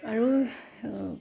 আৰু